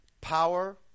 Power